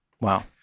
Wow